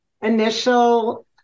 initial